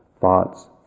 thoughts